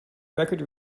record